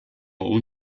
own